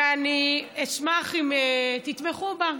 ואני אשמח אם תתמכו בה.